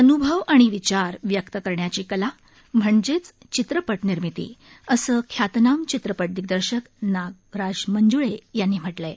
अनुभव आणि विचार व्यक्त करण्याची कला म्हणजेच चित्रपटनिर्मिती असं ख्यातनाम चित्रपट दिग्दर्शक नागराज मंज्ळे यांनी म्हटलं आहे